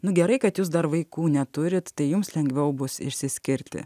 nu gerai kad jūs dar vaikų neturit tai jums lengviau bus išsiskirti